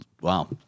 Wow